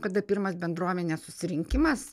kada pirmas bendruomenės susirinkimas